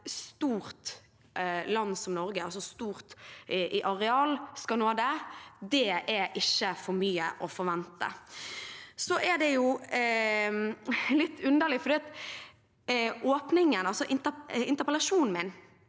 et stort land som Norge, altså stort i areal, skal nå det, er ikke for mye å forvente. Det er jo litt underlig, for interpellasjonen min